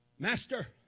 Master